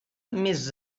més